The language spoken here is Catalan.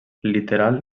literal